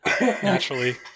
naturally